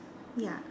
ya